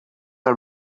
our